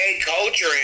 culture